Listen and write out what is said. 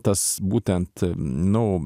tas būtent nu